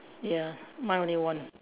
ya mine only one